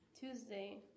Tuesday